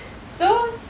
so